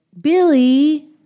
Billy